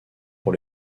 pour